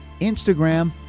Instagram